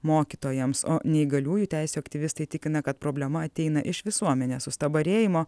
mokytojams o neįgaliųjų teisių aktyvistai tikina kad problema ateina iš visuomenės sustabarėjimo